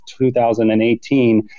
2018